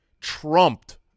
trumped